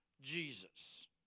Jesus